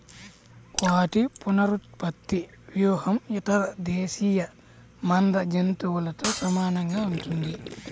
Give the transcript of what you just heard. వాటి పునరుత్పత్తి వ్యూహం ఇతర దేశీయ మంద జంతువులతో సమానంగా ఉంటుంది